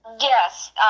Yes